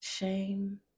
shame